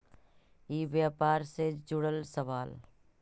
ई व्यापार से जुड़ल सवाल?